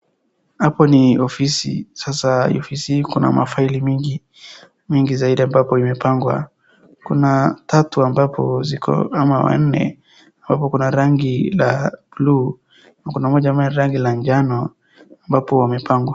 Hapo ni ofisi, sasa ofisi hii kuna mafaili mingi zaidi ambapo imepangwa. Kuna tatu ambapo ziko au nne, hapo kuna rangi la buluu na kuna moja ambayo rangi la njano ambapo wamepangwa.